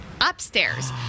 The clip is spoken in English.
upstairs